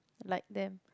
like that